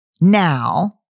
now